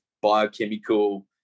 biochemical